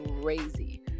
crazy